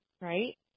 right